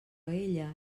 ella